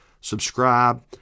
subscribe